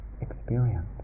experience